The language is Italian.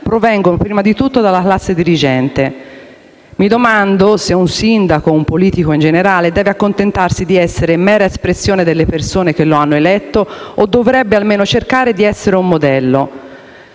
provengono prima di tutto dalla classe dirigente. Mi domando se un sindaco o un politico in generale debba accontentarsi di essere mera espressione delle persone che lo hanno eletto o non debba almeno cercare di essere un modello.